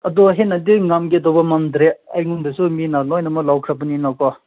ꯑꯗꯨ ꯍꯦꯟꯅꯗꯤ ꯉꯝꯒꯗꯧꯕ ꯃꯥꯟꯗ꯭ꯔꯦ ꯑꯩꯉꯣꯟꯗꯁꯨ ꯃꯤꯅ ꯂꯣꯏꯅꯃꯛ ꯂꯧꯈ꯭ꯔꯕꯅꯤꯅꯀꯣ